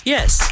Yes